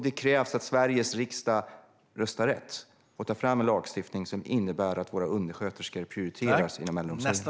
Det krävs att Sveriges riksdag röstar rätt och tar fram en lagstiftning som innebär att våra undersköterskor prioriteras inom äldreomsorgen.